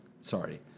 Sorry